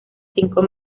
cinco